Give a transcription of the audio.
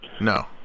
No